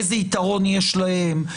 איזה יתרון יש להם,